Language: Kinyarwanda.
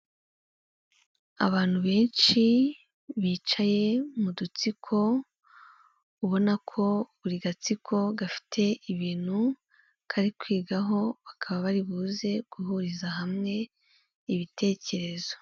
Abantu benshi bicaye mu dutsiko, ubona ko buri gatsiko gafite ibintu kari kwigaho, bakaba bari buze guhuriza hamwe ibitekerezo.